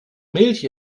milch